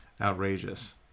outrageous